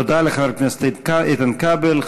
תודה לחבר הכנסת איתן כבל.